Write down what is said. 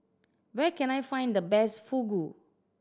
where can I find the best Fugu